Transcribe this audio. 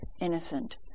innocent